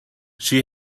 she